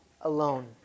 alone